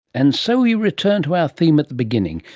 and so we return to our theme at the beginning,